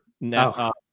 No